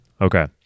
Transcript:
Okay